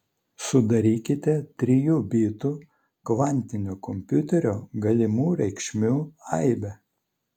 sudarykite trijų bitų kvantinio kompiuterio galimų reikšmių aibę